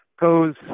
goes